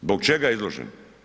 Zbog čega je izložen?